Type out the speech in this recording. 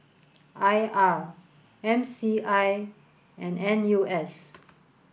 I R M C I and N U S